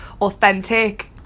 authentic